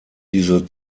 diese